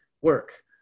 work